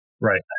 Right